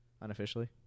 unofficially